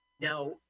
Now